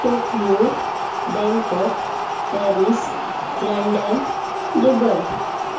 Tokyo Bangkok Paris London Dubai